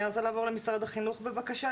אני רוצה לעבור למשרד החינוך בבקשה,